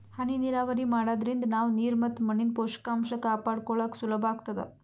ಹನಿ ನೀರಾವರಿ ಮಾಡಾದ್ರಿಂದ ನಾವ್ ನೀರ್ ಮತ್ ಮಣ್ಣಿನ್ ಪೋಷಕಾಂಷ ಕಾಪಾಡ್ಕೋಳಕ್ ಸುಲಭ್ ಆಗ್ತದಾ